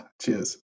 Cheers